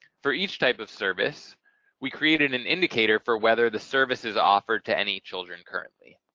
for each type of service we created an indicator for whether the service is offered to any children currently.